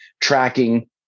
tracking